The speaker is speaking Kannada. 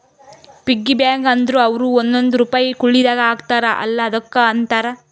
ಪಿಗ್ಗಿ ಬ್ಯಾಂಕ ಅಂದುರ್ ಅವ್ರು ಒಂದೊಂದ್ ರುಪೈ ಕುಳ್ಳಿದಾಗ ಹಾಕ್ತಾರ ಅಲ್ಲಾ ಅದುಕ್ಕ ಅಂತಾರ